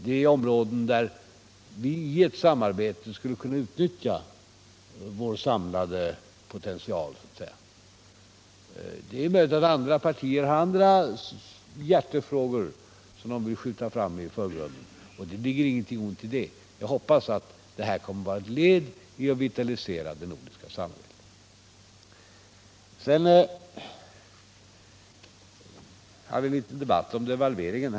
Det är områden där vi i ett samarbete skulle kunna utnyttja vår samlade potential så att säga. Det är möjligt att andra partier har andra hjärtefrågor som de vill skjuta fram i förgrunden -— det ligger inget ont i det. Jag hoppas att detta kommer att vara ett led i att vitalisera det nordiska samarbetet. Sedan hade vi en liten debatt om devalveringen.